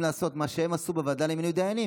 לעשות את מה שאתם עשיתם בוועדה למינוי דיינים,